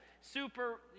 Super